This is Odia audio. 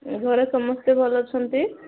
ଘରେ ସମସ୍ତେ ଭଲ ଅଛନ୍ତି